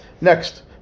Next